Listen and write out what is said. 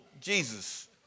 Jesus